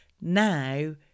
Now